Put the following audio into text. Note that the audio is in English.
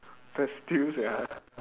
that still sia